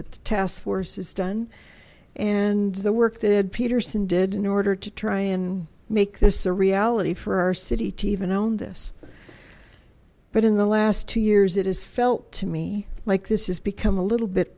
work that taskforce is done and the work that ed peterson did in order to try and make this a reality for our city to even own this but in the last two years it has felt to me like this is become a little bit